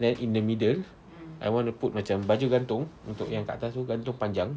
then in the middle I want to put macam baju gantung untuk kat atas tu gantung panjang